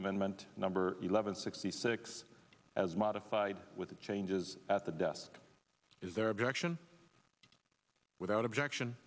amendment number eleven sixty six as modified with the changes at the desk is there objection without objection